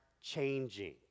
changing